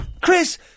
Chris